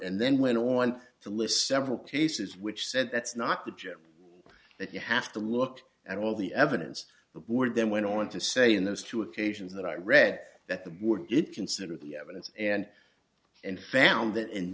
and then went on to list several cases which said that's not the job that you have to look at all the evidence the board then went on to say in those two occasions that i read that the board did consider the evidence and and found that in